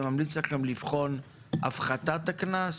וממליץ לכם לבחון את הפחתת הקנס,